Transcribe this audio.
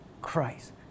Christ